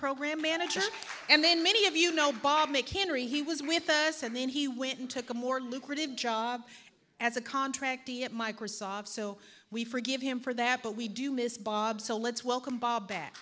program manager and then many of you know bob may cannery he was with us and then he went and took a more lucrative job as a contractor at microsoft so we forgive him for that but we do miss bob so let's welcome bob back